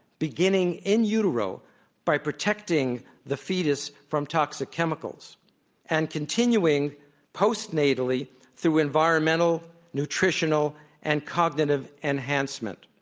beginning in utero by protecting the fetus from toxic chemicals and continuing postnatally through environmental, nutritional and cognitive enhancement